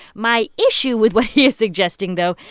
my issue with what he's suggesting, though,